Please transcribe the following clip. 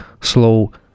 Slow